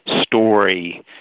story